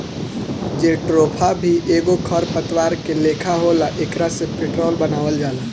jatropha भी एगो खर पतवार के लेखा होला एकरा से पेट्रोल बनावल जाला